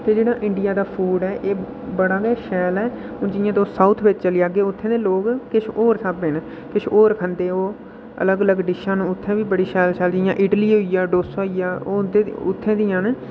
एह् जेह्ड़ा इंडिया दा फूड ऐ बड़ा गै शैल ऐ जि'यां तुस साऊथ बिच चली जाह्गे उत्थूं दे लोक किश होर स्हाबै दे न किश होर खंदे ओह् अलग अलग डिशां न उत्थै बी बड़ी शैल शैल चीजां न जि'यां इडली होई गेआ डोसा होई गेआ ओह् उत्थै दियां न